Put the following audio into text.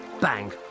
Bang